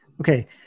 Okay